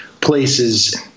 places